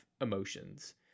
emotions